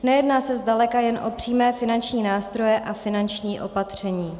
Nejedná se zdaleka jen o přímé finanční nástroje a finanční opatření.